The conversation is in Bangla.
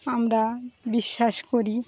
আমরা বিশ্বাস করি